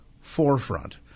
forefront